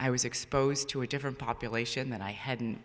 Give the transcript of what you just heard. i was exposed to a different population that i hadn't